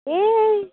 এই